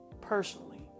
personally